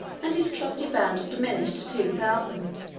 and his trusty band was diminished to two thousand,